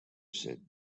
said